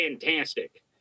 fantastic